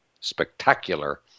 spectacular